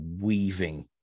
weaving